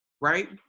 right